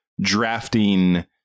drafting